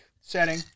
setting